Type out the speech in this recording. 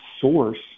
source